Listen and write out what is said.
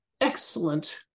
Excellent